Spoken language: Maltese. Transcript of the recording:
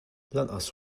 lanqas